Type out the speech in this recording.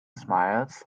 smiles